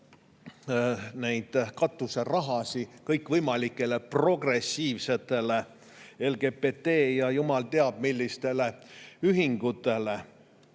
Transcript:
katuserahasid kõikvõimalikele progressiivsetele, LGBT ja jumal teab, millistele ühingutele.